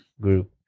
group